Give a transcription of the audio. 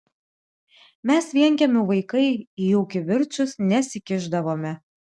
mes vienkiemių vaikai į jų kivirčus nesikišdavome